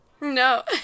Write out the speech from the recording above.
No